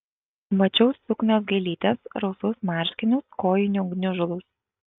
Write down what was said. mačiau suknios gėlytes rausvus marškinius kojinių gniužulus